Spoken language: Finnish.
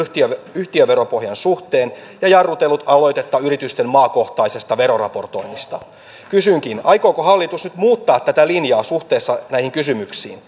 yhtiöveropohjan suhteen ja jarrutellut aloitetta yritysten maakohtaisesta veroraportoinnista kysynkin aikooko hallitus nyt muuttaa tätä linjaa suhteessa näihin kysymyksiin